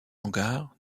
hangar